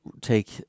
take